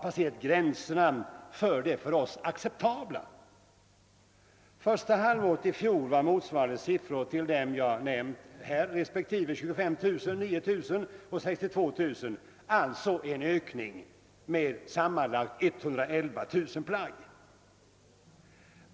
Under första halvåret i fjol var motsvarande siffror 25 000, 9 000 och 62 000. Där har alltså skett en ökning med sammanlagt 111 000 plagg.